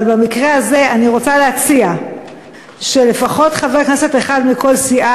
אבל במקרה הזה אני רוצה להציע שלפחות חבר כנסת אחד מכל סיעה